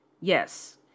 Yes